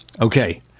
Okay